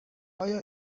آیا